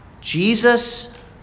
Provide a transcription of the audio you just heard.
Jesus